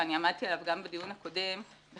ואני עמדתי עליו גם בדיון הקודם בכך,